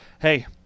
hey